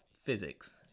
physics